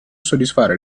soddisfare